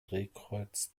drehkreuz